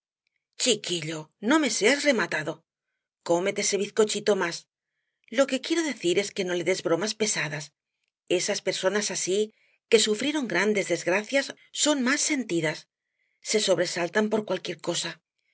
chiquillo no me seas rematado cómete ese bizcochito más lo que quiero decir es que no le des bromas pesadas esas personas así que sufrieron grandes desgracias son más sentidas se sobresaltan por cualquier cosa